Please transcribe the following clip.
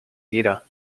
jeder